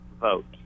vote